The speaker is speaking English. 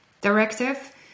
directive